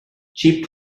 cheap